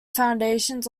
foundations